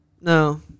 No